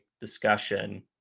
discussion